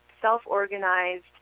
self-organized